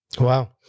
wow